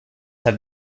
have